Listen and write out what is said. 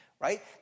right